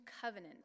covenant